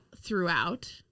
throughout